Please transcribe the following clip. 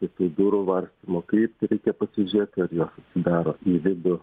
tiktai durų varstymo kryptį reikia pasižiūrėt ar jos darosi į vidų